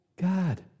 God